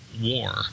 war